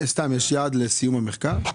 יש יעד לסיום המחקר?